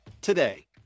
today